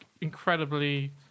Incredibly